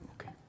Okay